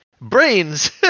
brains